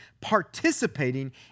participating